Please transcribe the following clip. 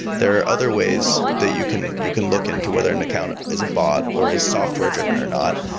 there are other ways that you can you can look into whether an account is a bot, or is software-driven or not.